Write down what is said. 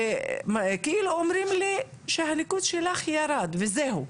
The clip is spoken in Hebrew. ואומרים לי שהניקוד שלך ירד וזהו,